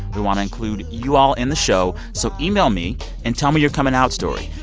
we want to include you all in the show. so email me and tell me your coming out story.